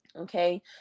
Okay